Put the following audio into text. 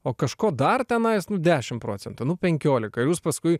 o kažko dar tenais nu dešim procentų nu penkiolika jūs paskui